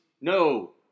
No